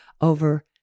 over